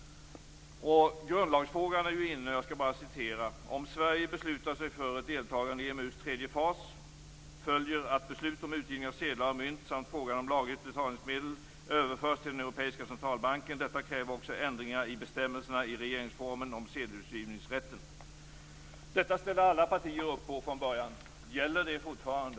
Grundlagsfrågan är ju inne. Jag skall bara citera ur propositionen: "Om Sverige beslutar sig för ett deltagande i EMU:s tredje fas följer att beslut om utgivning av sedlar och mynt samt frågan om lagligt betalningsmedel överförs till den europeiska centralbanken. Detta kräver också ändringar i bestämmelserna i regeringsformen om sedelutgivningsrätten." Detta ställde alla partier upp på från början. Gäller det fortfarande?